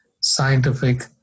scientific